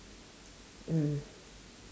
mm